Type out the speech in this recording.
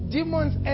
Demons